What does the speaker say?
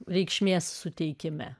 reikšmės suteikime